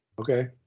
okay